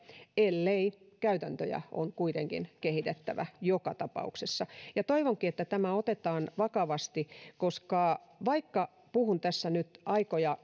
ellei käytäntöjä on kehitettävä joka tapauksessa toivonkin että tämä otetaan vakavasti koska vaikka puhun tässä nyt aikoja